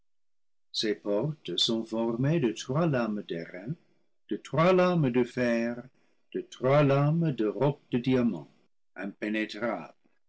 ces portes sont formées de trois lames d'airain de trois lames de fer de trois lames de roc de diamant impénétrables